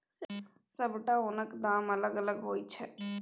सबटा ओनक दाम अलग अलग होइ छै